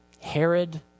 Herod